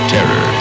Terror